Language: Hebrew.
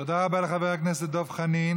תודה רבה לחבר הכנסת דב חנין.